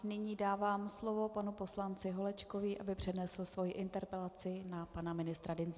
Nyní dávám slovo panu poslanci Holečkovi, aby přednesl svoji interpelaci na pana ministra Dienstbiera.